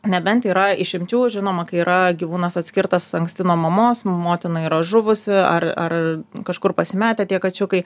nebent yra išimčių žinoma kai yra gyvūnas atskirtas anksti nuo mamos motina yra žuvusi ar ar kažkur pasimetę tie kačiukai